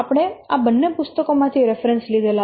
આપણે આ બંને પુસ્તકોમાંથી રેફરેન્સ લીધા છે